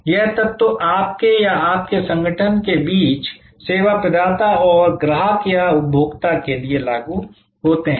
यह तत्व आपके या आपके संगठन के बीच सेवा प्रदाता और ग्राहक या उपभोक्ता के लिए लागू होते हैं